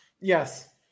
Yes